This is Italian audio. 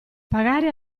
pagare